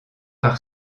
par